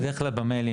בדרך כלל במיילים,